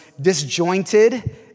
disjointed